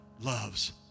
loves